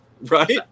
Right